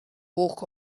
walk